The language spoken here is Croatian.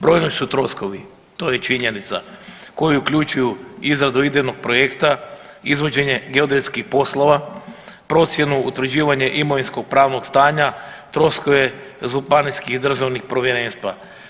Brojni su troškovi, to je činjenica koji uključuju izradu idejnog projekta, izvođenje geodetskih poslova, procjenu, utvrđivanje imovinskog pravnog stanja, troškove županijskih državnih povjerenstava.